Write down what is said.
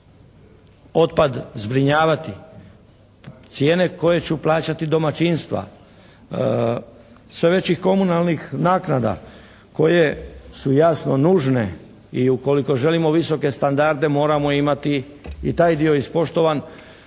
otpad zbrinjavati, cijene koje će plaćati domaćinstva, sve većih komunalnih naknada koje su jasno nužne i ukoliko želimo visoke standarde moramo imati i taj dio ispoštovan.